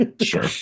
Sure